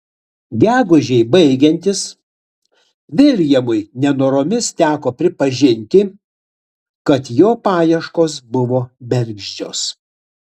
gegužei baigiantis viljamui nenoromis teko pripažinti kad jo paieškos buvo bergždžios